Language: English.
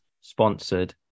sponsored